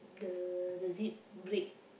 the the zip break